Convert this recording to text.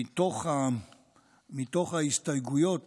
מתוך ההסתייגויות